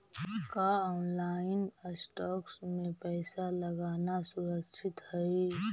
का online stocks में पैसा लगाना सुरक्षित हई